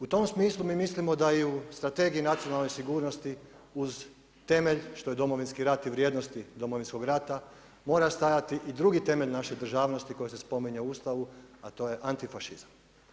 U tom smislu mi mislimo da i u Strategiji nacionalne sigurnosti uz temelj što je Domovinski rat i vrijednosti Domovinskog rata mora stajati i drugi temelj naše državnosti koji se spominje u Ustavu, a to je antifašizam.